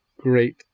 great